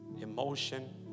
emotion